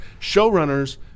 Showrunners